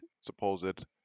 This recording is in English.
supposed